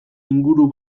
inguru